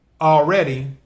already